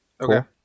Okay